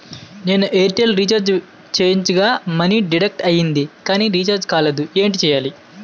నేను Airtel recharge చేయించగా money deduct అయ్యింది కానీ రీఛార్జ్ కాలేదు ఏంటి చేయాలి?